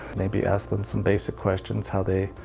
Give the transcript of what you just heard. maybe ask them some basic questions, how they,